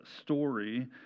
story